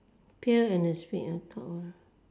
pail and the spade ah all